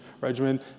regimen